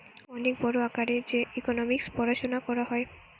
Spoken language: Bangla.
অনেক বড় আকারে যে ইকোনোমিক্স পড়াশুনা করা হয়